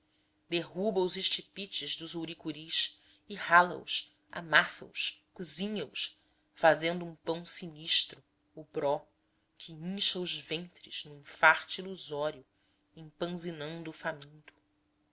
derruba os estípites dos ouricuris e rala os amassa os cozinha os fazendo um pão sinistro o bró que incha os ventres num enfarte ilusório empanzinando